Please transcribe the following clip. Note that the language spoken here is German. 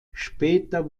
später